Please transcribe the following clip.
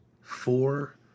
four